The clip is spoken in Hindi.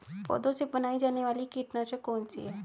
पौधों से बनाई जाने वाली कीटनाशक कौन सी है?